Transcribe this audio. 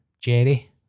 jerry